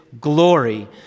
glory